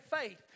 faith